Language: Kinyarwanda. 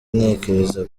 ntekereza